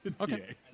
Okay